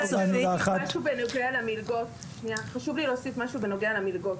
חשוב לי להוסיף משהו בנוגע למלגות.